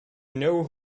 know